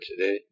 today